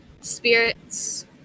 Spirits